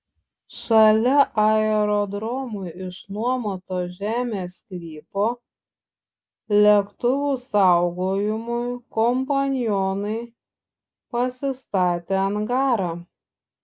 šalia aerodromui išnuomoto žemės sklypo lėktuvų saugojimui kompanionai pasistatė angarą